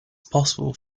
possible